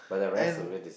and